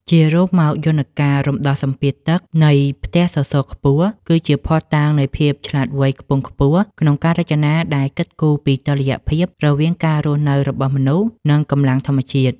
ជារួមមក យន្តការរំដោះសម្ពាធទឹកនៃផ្ទះសសរខ្ពស់ គឺជាភស្តុតាងនៃភាពឆ្លាតវៃខ្ពង់ខ្ពស់ក្នុងការរចនាដែលគិតគូរពីតុល្យភាពរវាងការរស់នៅរបស់មនុស្ស និងកម្លាំងធម្មជាតិ។